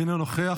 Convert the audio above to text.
אינו נוכח.